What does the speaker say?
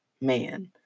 man